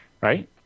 right